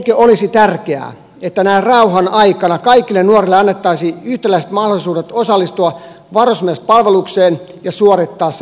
eikö olisi tärkeää että näin rauhan aikana kaikille nuorille annettaisiin yhtäläiset mahdollisuudet osallistua varusmiespalvelukseen ja suorittaa se loppuun